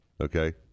Okay